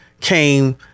came